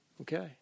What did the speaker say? Okay